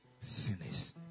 sinners